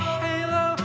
halo